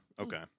okay